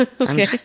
okay